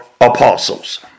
apostles